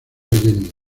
allende